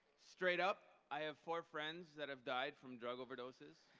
straight up, i have four friends that have died from drug overdoses.